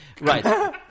Right